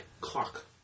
Clock